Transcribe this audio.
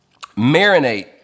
marinate